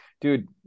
dude